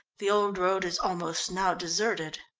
the old road is almost now deserted.